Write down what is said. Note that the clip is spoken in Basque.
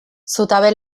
zutabe